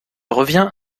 revient